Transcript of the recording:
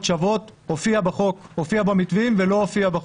שוות' הופיעו במתווים ולא הופיעה בחוק.